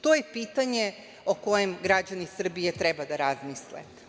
To je pitanje o kojem građani Srbije treba da razmisle.